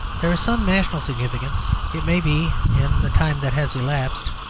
there is some national significance, it may be, in the time that has elapsed.